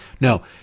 no